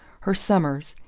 her summers,